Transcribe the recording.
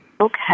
Okay